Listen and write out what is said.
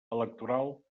electoral